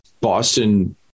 Boston